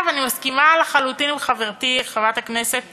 אני מסכימה לחלוטין עם חברתי חברת הכנסת